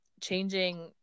changing